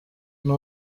ndi